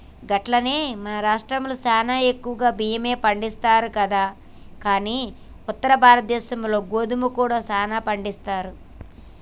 గట్లనే మన రాష్ట్రంలో సానా ఎక్కువగా బియ్యమే పండిస్తారు కదా కానీ ఉత్తర భారతదేశంలో గోధుమ కూడా సానా పండిస్తారు